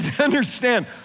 understand